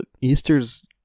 easter's